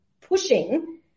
pushing